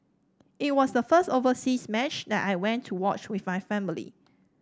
it was the first overseas match that I went to watch with my family